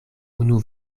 unu